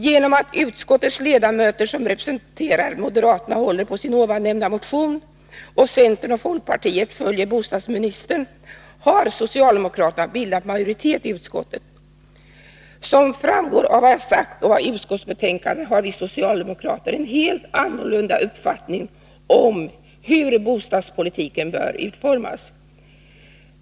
Genom att de av utskottets ledamöter som representerar moderaterna håller på sin motion och genom att centerns och folkpartiets ledamöter troget följer bostadsministern, har socialdemokraterna bildat majoritet i utskottet. Som framgått av vad jag har sagt och av utskottsbetänkandet har vi socialdemokrater en helt annorlunda uppfattning om hur bostadspolitiken bör utformas.